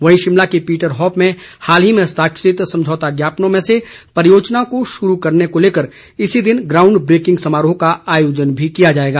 वहीं शिमला के Peterhoff में हाल ही में हस्ताक्षरित समझौता ज्ञापनों में से परियोजनाओं को शुरू करने को लेकर इसी दिन ग्राऊंड ब्रेकिंग समारोह का आयोजन भी किया जाएगा